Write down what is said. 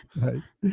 Nice